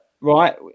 Right